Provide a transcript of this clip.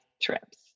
trips